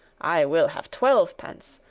i will have twelvepence,